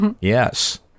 Yes